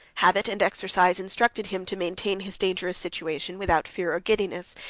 habit and exercise instructed him to maintain his dangerous situation without fear or giddiness,